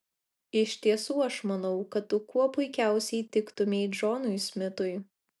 iš tiesų aš manau kad tu kuo puikiausiai tiktumei džonui smitui